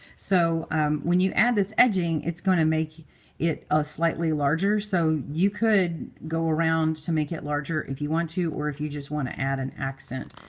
so when you add this edging, it's going to make it ah slightly larger. so you could go around to make it larger if you want to or if you just want to add an accent.